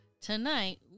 Tonight